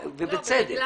ובצדק.